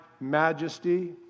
majesty